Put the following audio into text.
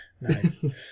Nice